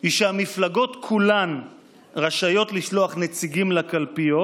היא שהמפלגות כולן רשאיות לשלוח נציגים לקלפיות,